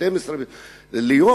12 ליום?